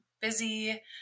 busy